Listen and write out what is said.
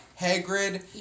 Hagrid